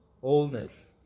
wholeness